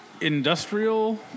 industrial